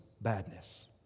badness